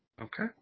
Okay